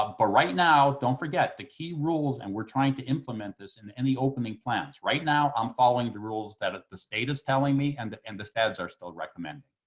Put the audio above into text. um but right now, don't forget, the key rules, and we're trying to implement this in any opening plans. right now, i'm following the rules that the state is telling me and the and the feds are still recommending,